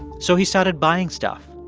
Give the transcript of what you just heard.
so he started buying stuff.